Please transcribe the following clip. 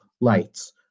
lights